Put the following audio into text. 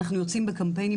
אנחנו יוצאים בקמפיינים,